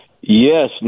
Yes